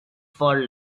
for